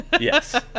yes